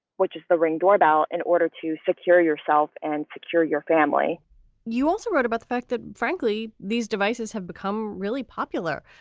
which is the ring doorbell in order to secure yourself and secure your family you also wrote about the fact that, frankly, these devices have become really popular.